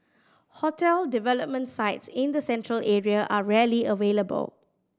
hotel development sites in the Central Area are rarely available